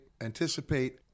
anticipate